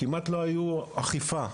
כמעט ולא היתה אכיפה.